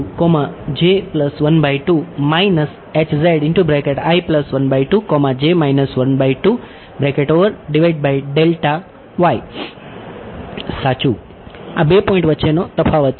સાચું આ 2 પોઇન્ટ વચ્ચેનો તફાવત છે